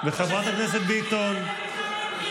לך אני לא מאמינה.